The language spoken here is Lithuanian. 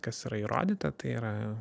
kas yra įrodyta tai yra